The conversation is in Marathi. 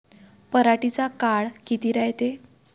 पराटीचा काळ किती रायते?